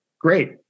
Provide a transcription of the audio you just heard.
great